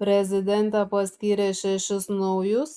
prezidentė paskyrė šešis naujus